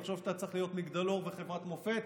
לחשוב שאתה צריך להיות מגדלור וחברת מופת,